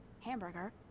hamburger